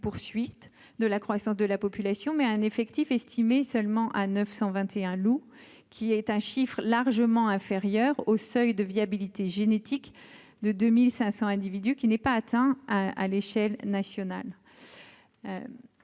poursuite de la croissance de la population, mais un effectif estimé seulement à 921 loup qui est un chiffre largement inférieur au seuil de viabilité génétique de 2500 individus qui n'est pas atteint à l'échelle nationale,